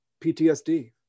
PTSD